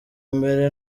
mbere